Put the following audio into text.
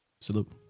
Salute